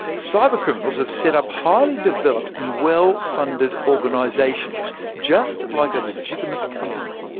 cybercriminals have set up highly developed and well-funded organisations just like a legitimate company.